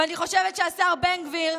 ואני חושבת שהשר בן גביר,